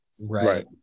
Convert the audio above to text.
right